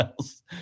else